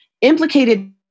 implicated